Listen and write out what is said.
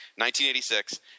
1986